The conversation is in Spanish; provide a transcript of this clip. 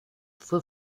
fue